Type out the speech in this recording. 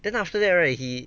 then after that right he